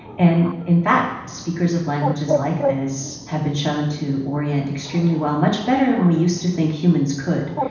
and in fact, speakers of languages like this have been shown to orient extremely well much better than we used to think humans could.